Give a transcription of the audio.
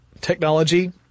technology